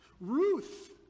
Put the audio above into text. Ruth